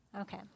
Okay